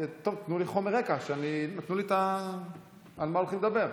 תנו לי חומר רקע כדי שאני אדע על מה הולכים לדבר.